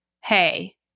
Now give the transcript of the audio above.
hey